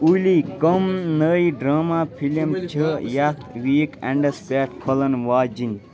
اوٗلی کم نٔے drama film چھِ یتھ ویٖک انٛڈس پٮ۪ٹھ کھُلن واجِنۍ